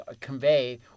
convey